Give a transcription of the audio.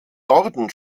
norden